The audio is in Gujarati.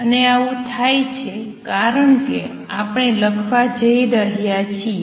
અને આવું થાય છે કારણ કે આપણે લખવા જઈ રહ્યા છીએ